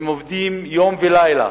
הם עובדים יום ולילה